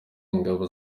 ingabo